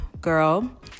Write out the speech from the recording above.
girl